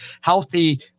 healthy